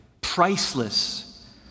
priceless